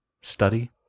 study